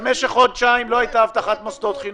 במשך חודשיים לא הייתה אבטחת מוסדות חינוך.